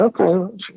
okay